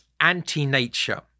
anti-nature